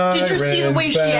did you see the way she